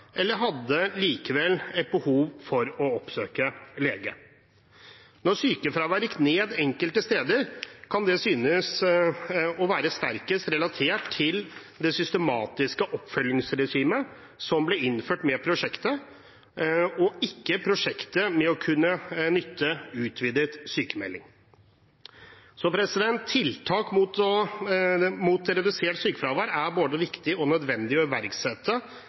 eller hadde likevel et behov for å oppsøke lege. Når sykefraværet gikk ned enkelte steder, kan det synes å være sterkest relatert til det systematiske oppfølgingsregimet som ble innført med prosjektet, ikke prosjektet med å kunne nytte utvidet sykemelding. Tiltak for redusert sykefravær er både viktig og nødvendig å iverksette